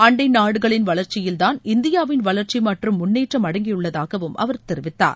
அண்டை நாடுகளின் வளர்ச்சியில்தான் இந்தியாவின் வளர்ச்சி மற்றும் முன்னேற்றம் அடங்கியுள்ளதாக அவர் தெரிவித்தார்